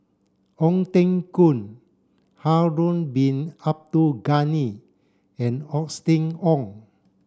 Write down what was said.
Ong Teng Koon Harun bin Abdul Ghani and Austen Ong